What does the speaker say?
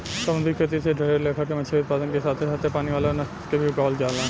समुंद्री खेती से ढेरे लेखा के मछली उत्पादन के साथे साथे पानी वाला वनस्पति के भी उगावल जाला